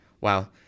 Wow